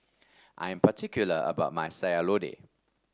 I am particular about my Sayur Lodeh